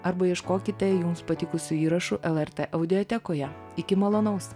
arba ieškokite jums patikusių įraš lrt audiotekoje iki malonaus